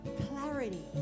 Clarity